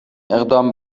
اقدام